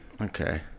Okay